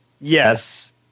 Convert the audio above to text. Yes